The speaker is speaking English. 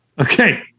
Okay